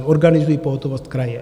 Organizují pohotovost kraje.